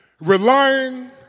relying